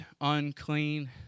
unclean